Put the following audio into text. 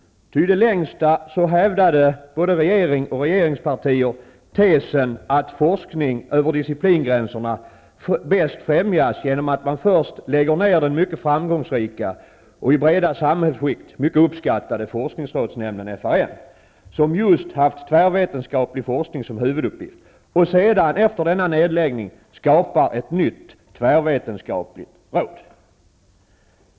I det längsta hävdade nämligen både regering och regeringspartier tesen att forskning över disciplingränserna bäst främjas genom att man först lägger ner den mycket framgångsrika och i breda samhällsskikt mycket uppskattade forskningsrådsnämnden, FRN, som just haft tvärvetenskaplig forskning som sin huvuduppgift. Efter denna nedläggning skapas ett nytt tvärvetenskapligt råd.